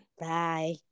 Bye